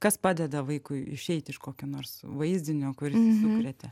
kas padeda vaikui išeit iš kokio nors vaizdinio kuris jį sukrėtė